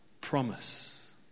promise